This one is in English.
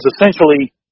essentially